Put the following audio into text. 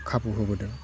खाबु होबोदों